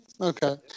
okay